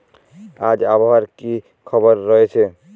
আজ আবহাওয়ার কি খবর রয়েছে?